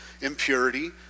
impurity